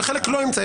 וחלק היא לא אימצה.